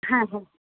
হ্যাঁ হ্যাঁ